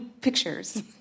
pictures